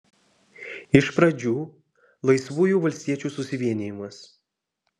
iš pradžių laisvųjų valstiečių susivienijimas